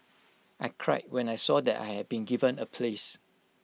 I cried when I saw that I had been given A place